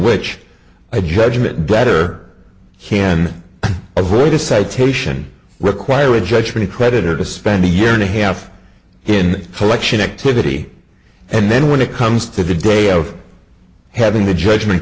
which i judgment better can avoid a citation to require a judgment creditor to spend a year and a half in collection activity and then when it comes to the day of having the judgment